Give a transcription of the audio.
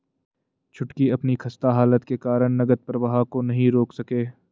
छुटकी अपनी खस्ता हालत के कारण नगद प्रवाह को नहीं रोक सके